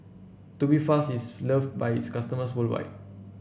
Tubifast is loved by its customers worldwide